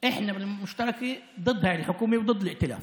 הוראת השעה, כמעט בתחילת